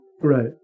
Right